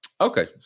okay